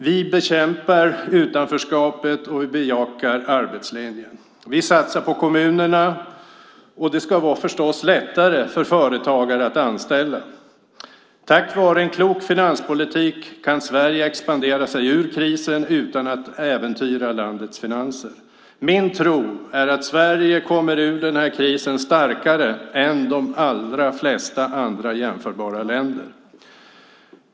Vi bekämpar utanförskapet och bejakar arbetslinjen. Vi satsar på kommunerna, och det ska förstås vara lättare för företagare att anställa. Tack vare en klok finanspolitik kan Sverige expandera sig ur krisen utan att äventyra landets finanser. Min tro är att Sverige kommer ur den här krisen starkare än de allra flesta jämförbara länder.